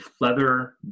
leather